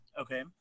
Okay